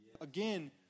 Again